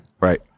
Right